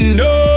no